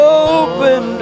open